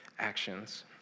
actions